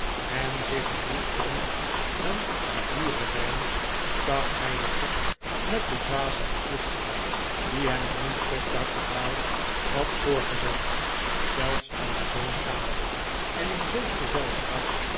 en zich een roes dronk aan den duren wijn stak hij den gek met de dwaze verkwisting die hem zoo'n kostbaar onthaal had voorgezet zelfs aan zoo'n tafel en in zulk gezelschap